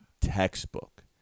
textbook